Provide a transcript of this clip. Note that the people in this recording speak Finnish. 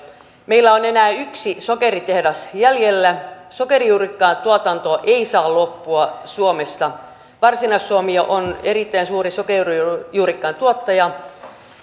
meillä on enää yksi sokeritehdas jäljellä sokerijuurikkaan tuotanto ei saa loppua suomesta varsinais suomi on erittäin suuri sokerijuurikkaan tuottaja